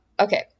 Okay